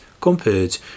compared